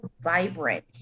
vibrant